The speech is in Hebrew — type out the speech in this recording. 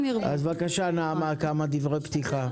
בבקשה, נעמה, כמה דברי פתיחה.